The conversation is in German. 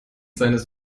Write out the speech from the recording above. seines